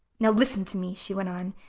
now listen to me, she went on,